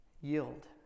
yield